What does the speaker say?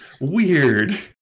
Weird